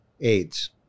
AIDS